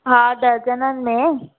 हा डरजननि में